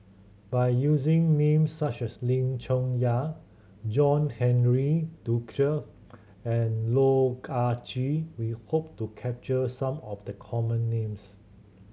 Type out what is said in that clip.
by using names such as Lim Chong Yah John Henry Duclo and Loh Ah Chee we hope to capture some of the common names